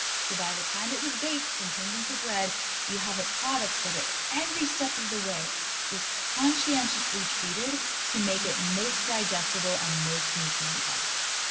so by the time it was baked and turned into bread you have a product that at every step of the way was conscientiously treated to make it most digestible and most nutrient dense.